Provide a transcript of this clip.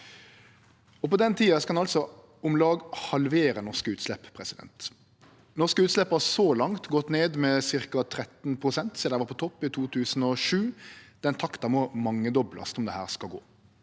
På den tida skal ein altså om lag halvere norske utslepp. Norske utslepp har så langt gått ned med ca. 13 pst. sidan dei var på topp i 2007. Den takta må mangedoblast om dette skal gå.